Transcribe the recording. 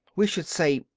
we should say,